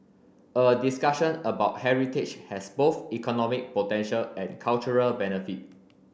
a discussion about heritage has both economic potential and cultural benefit